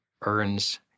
earns